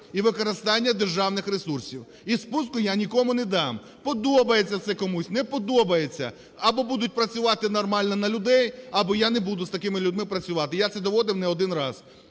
і використання державних ресурсів. І спуску я нікому не дам. Подобається це комусь – не подобається…. або будуть працювати нормально на людей, або я не буду з такими людьми працювати. Я це доводив не один раз.